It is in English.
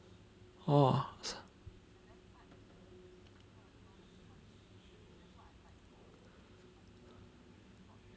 orh